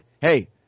Hey